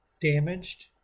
damaged